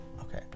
Okay